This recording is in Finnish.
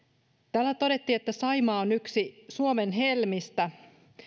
täällä todettiin että saimaa on yksi suomen helmistä